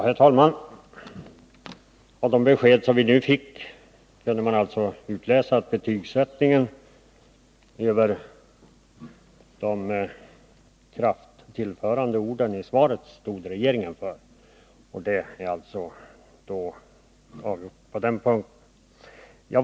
Herr talman! Av de besked som vi nu fick kan man utläsa att regeringen stått för en betygsättning genom de kraftfulla ord som använts i svaret. Det är helt klart.